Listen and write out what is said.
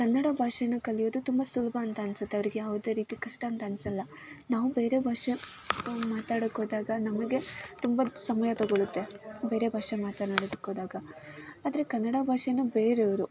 ಕನ್ನಡ ಭಾಷೆನ ಕಲಿಯೋದು ತುಂಬ ಸುಲಭ ಅಂತ ಅನಿಸುತ್ತೆ ಅವರಿಗೆ ಯಾವುದೇ ರೀತಿ ಕಷ್ಟ ಅಂತ ಅನ್ಸೋಲ್ಲ ನಾವು ಬೇರೆ ಭಾಷೆ ಮಾತಾಡೋಕೆ ಹೋದಾಗ ನಮಗೆ ತುಂಬ ಸಮಯ ತಗೊಳುತ್ತೆ ಬೇರೆ ಭಾಷೆ ಮಾತನಾಡೋದಕ್ಕೆ ಹೋದಾಗ ಆದರೆ ಕನ್ನಡ ಭಾಷೆನ ಬೇರೆಯವರು